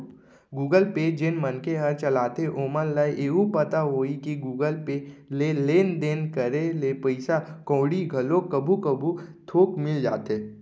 Google Pay जेन मनखे हर चलाथे ओमन ल एहू पता होही कि गुगल पे ले लेन देन करे ले पइसा कउड़ी घलो कभू कभू थोक मिल जाथे